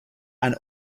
and